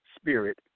spirit